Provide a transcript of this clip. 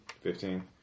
Fifteen